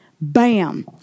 bam